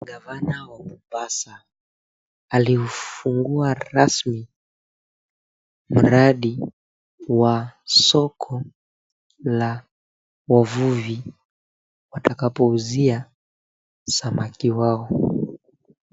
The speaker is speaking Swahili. Gavana wa Mombasa aliuufungua rasmi mradi wa soko la wavuvi watakapo uzia samaki wao.